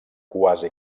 quasi